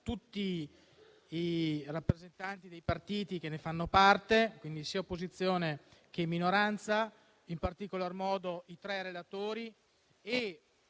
tutti i rappresentanti dei partiti che ne fanno parte, sia di opposizione che di maggioranza, e in particolar modo i tre relatori.